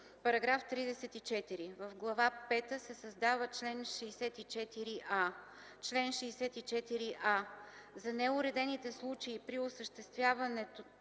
„§ 34. В Глава пета се създава чл. 64а: „Чл. 64а. За неуредените случаи при осъществяване